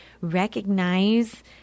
recognize